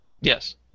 Yes